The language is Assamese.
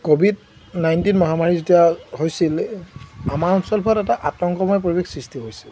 ক'ভিড নাইনটিন মহামাৰী যেতিয়া হৈছিল আমাৰ অঞ্চলবোৰত এটা আতংকময় পৰিৱেশ সৃষ্টি হৈছিল